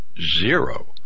zero